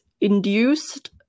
induced